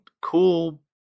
cool